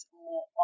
more